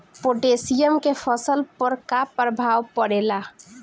Potassium के फसल पर का प्रभाव पड़ेला?